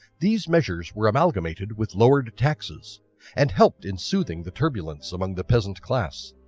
these measures were amalgamated with lowered taxes and helped in soothing the turbulence among the peasant class.